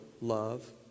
love